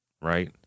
right